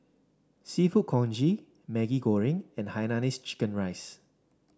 seafood Congee Maggi Goreng and Hainanese Chicken Rice